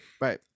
right